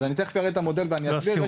אז אני תיכף אראה את המודל ואני אסביר.